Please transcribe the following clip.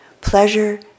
pleasure